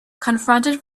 confronted